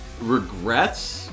regrets